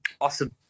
Awesome